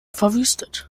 verwüstet